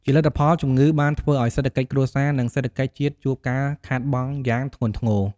ជាលទ្ធផល ជំងឺបានធ្វើឱ្យសេដ្ឋកិច្ចគ្រួសារ និងសេដ្ឋកិច្ចជាតិជួបការខាតបង់យ៉ាងធ្ងន់ធ្ងរ។